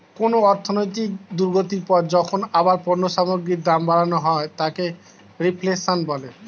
কোনো অর্থনৈতিক দুর্গতির পর যখন আবার পণ্য সামগ্রীর দাম বাড়ানো হয় তাকে রিফ্লেশন বলে